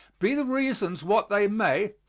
be the reasons what they may,